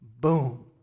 Boom